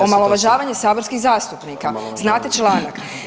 Omalovažavanje saborskih zastupnika, znate članak.